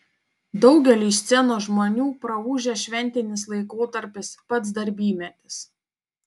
daugeliui scenos žmonių praūžęs šventinis laikotarpis pats darbymetis